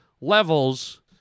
levels